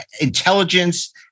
intelligence